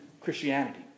Christianity